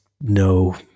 no